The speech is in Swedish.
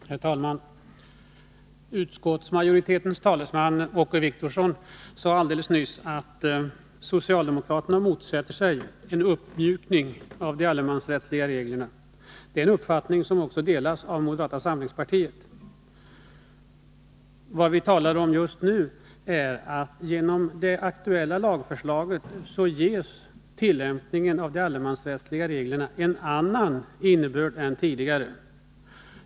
Herr talman! Utskottsmajoritetens talesman Åke Wictorsson sade alldeles nyss att socialdemokraterna motsätter sig en uppmjukning av de allemans rättsliga reglerna. Det är en uppfattning som delas av moderata samlingspartiet. Men vad vi nu talar om är att det aktuella lagförslaget ger tillämpningen av de allmansrättsliga reglerna en annan innebörd än tidigare.